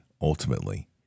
ultimately